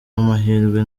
amahirwe